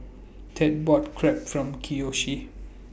Ted bought Crepe For Kiyoshi